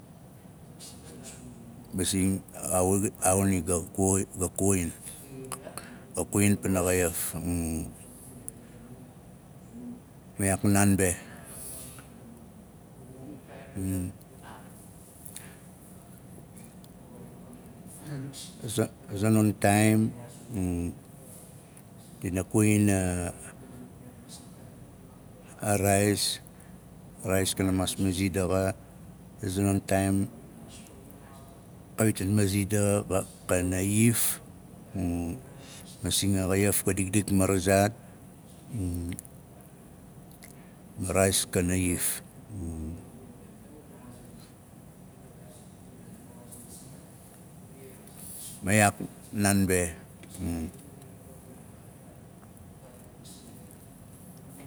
ga kawin pana xaiaf ma iyaak naan be a za- a zanon taaim dina kuwin a- a raaias a- raaias kana maas mazi daxa xa- kana iyaf masing a xaiaf ka dikdik marazaat a raais kana iyaf ma iyaak naan be